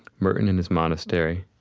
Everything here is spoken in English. merton in his monastery.